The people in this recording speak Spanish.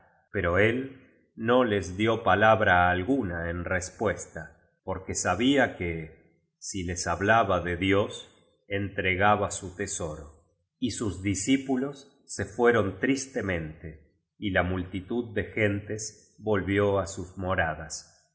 pero él no les dio palabra alguna en respuesta porque sabía que si les hablaba de dios entregaba su tesoro y sus discípulos se fueron tristemente y la multitud de gen tes volvió á sus moradas